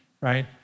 right